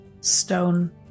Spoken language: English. stone